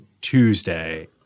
Tuesday